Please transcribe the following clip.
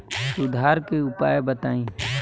सुधार के उपाय बताई?